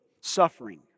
suffering